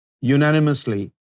unanimously